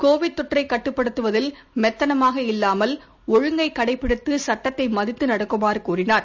Covid தொற்றைக் கட்டுப்படுத்துவதில் மெத்தனமாக இல்லாமல் ஒழுங்கை கடைபிடித்து சுட்டத்தை மதித்து நடக்குமாறு கூறினார்